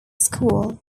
school